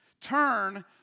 Turn